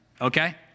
okay